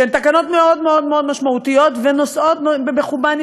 שהן תקנות מאוד מאוד מאוד משמעותיות ונושאות בחובן,